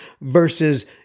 versus